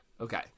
Okay